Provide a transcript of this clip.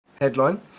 headline